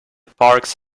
parks